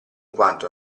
quanto